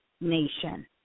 nation